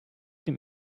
dem